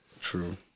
True